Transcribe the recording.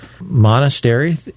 monastery